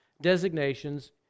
designations